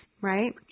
right